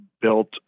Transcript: built